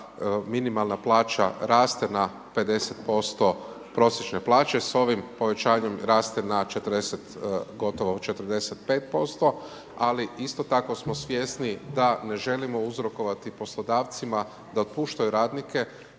minimalna plaća raste na 50% prosječne plaće s ovim povećanjem raste na 40 gotovo 45% ali isto tako smo svjesni da ne želimo uzrokovati poslodavcima da otpuštaju radnike,